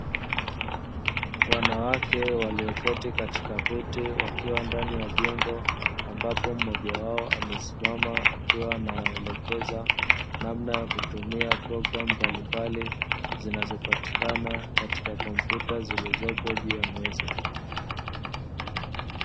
Wanawake walioketi katika viti wakiwa ndani ya jengo, ambapo mmoja wao akiwa amesimama akiwa anawaelekeza namna ya kutumia programu mbalimbali, zinazopatikana katika kompyuta zilizopo juu ya meza.